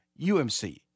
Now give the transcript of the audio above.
UMC